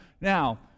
Now